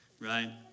right